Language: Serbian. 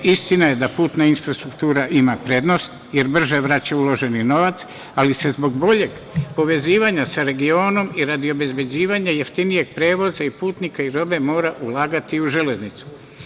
Istina je da putna infrastruktura ima prednost jer brže vraća uloženi novac, ali se zbog boljeg povezivanja sa regionom i radi obezbeđivanja jeftinijeg prevoza putnika i robe mora ulagati i u železnicu.